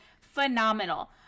Phenomenal